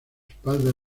espalda